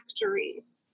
factories